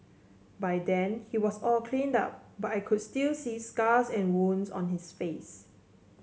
by then he was all cleaned up but I could still see scars and wounds on his face